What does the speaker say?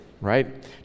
right